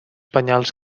penyals